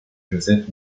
joseph